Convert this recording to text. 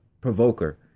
provoker